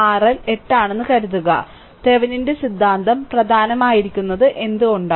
RL 8 ആണെന്ന് കരുതുക തെവെനിന്റെ സിദ്ധാന്തം പ്രധാനമായിരിക്കുന്നത് എന്തുകൊണ്ട്